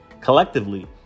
Collectively